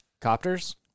Copters